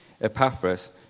Epaphras